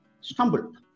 stumbled